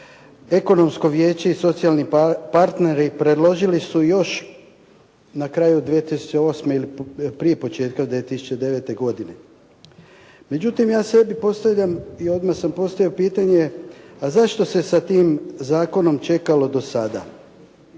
Ekonomsko vijeće i socijalni partneri predložili su još na kraju 2008. ili prije početka 2009. godine. Međutim, ja sebi postavljam i odmah sam postavio pitanje a zašto se sa tim zakonom čekalo do sada?